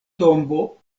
tombo